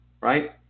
right